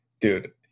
Dude